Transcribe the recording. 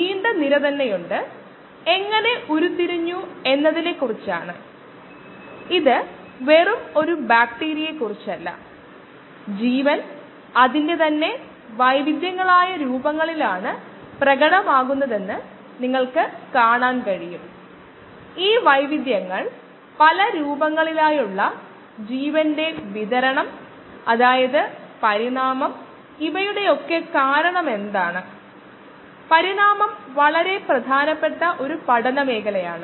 വൃത്തിയുള്ള ഒരു സ്ലേറ്റ് എങ്ങനെ നേടാമെന്നതാണ് നമ്മൾ ആദ്യം നോക്കിയത് കാരണം അവിടെയുള്ള എല്ലാ ജീവികളെയും നമ്മൾ നശിപ്പിക്കുന്നു